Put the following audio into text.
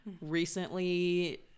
recently